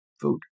Food